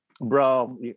Bro